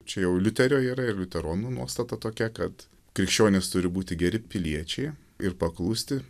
čia jau liuterio yra ir liuteronų nuostata tokia kad krikščionys turi būti geri piliečiai ir paklusti